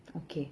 okay